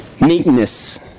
Meekness